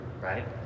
Right